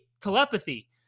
telepathy